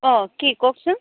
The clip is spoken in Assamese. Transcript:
অঁ কি কওকচোন